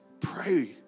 Pray